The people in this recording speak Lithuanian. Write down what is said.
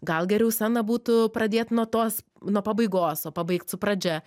gal geriau sceną būtų pradėt nuo tos nuo pabaigos o pabaigt su pradžia